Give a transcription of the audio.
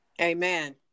amen